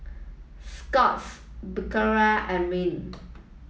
Scott's Berocca and Rene